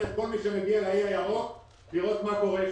את כל מי שמגיע לעיר לראות מה קורה שם.